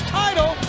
title